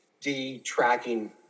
D-tracking